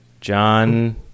John